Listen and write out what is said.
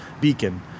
Beacon